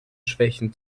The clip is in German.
schwächen